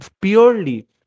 purely